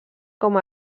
com